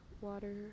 water